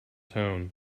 tone